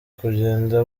kugenda